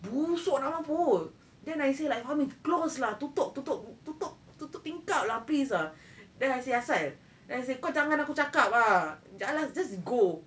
busuk nak mampus then I say like fahmi close lah tutup tutup tutup tutup tingkap lah please lah then I sit outside then I say kau jangan aku cakap ah just go